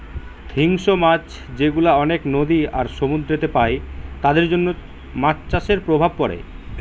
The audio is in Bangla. হিংস্র মাছ যেগুলা অনেক নদী আর সমুদ্রেতে পাই তাদের জন্য মাছ চাষের প্রভাব পড়ে